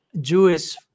Jewish